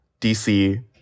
DC